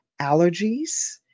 allergies